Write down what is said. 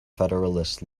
federalist